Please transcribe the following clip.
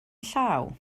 llaw